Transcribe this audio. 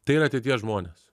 tai yra ateities žmonės